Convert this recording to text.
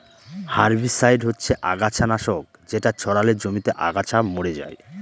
herbicide হচ্ছে আগাছা নাশক যেটা ছড়ালে জমিতে আগাছা মরে যায়